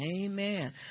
Amen